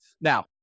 Now